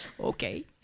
Okay